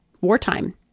wartime